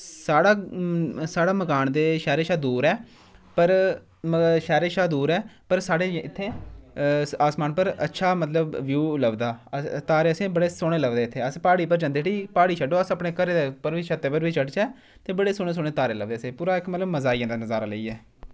साढ़ा साढ़ा मकान ते शैह्रा शा दूर ऐ पर मतलब शैह्रा शा दूर ऐ पर साढ़े इत्थे आसमान पर अच्छा मतलब ब्यूह् लभदा अस तारे असें बड़े सौह्ने लभदे इत्थैं अस प्हाड़ी पर जंदे ठी प्हाड़ी छड्डो अस अपने घरै दे छत्ते पर बी चड़चै तां बड़े सौह्ने सौह्ने तारे लभदे असेंगी पूरा इक मतलब मजा आई जंदा नजारा लेइयै